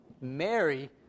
Mary